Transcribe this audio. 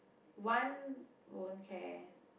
Wan won't care